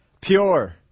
pure